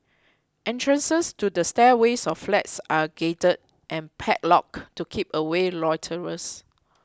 entrances to the stairways of flats are gated and padlocked to keep away loiterers